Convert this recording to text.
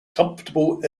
comfortable